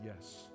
yes